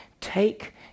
Take